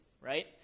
right